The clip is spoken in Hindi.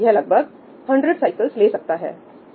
यह लगभग 100 साइकिल्स ले सकता है